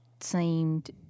seemed